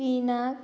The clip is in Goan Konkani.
पिनाग